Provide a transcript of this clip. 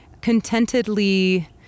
contentedly